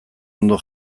ondo